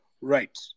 Right